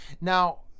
Now